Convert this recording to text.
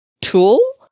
tool